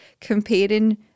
Comparing